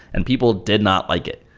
and people did not like it.